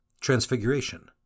Transfiguration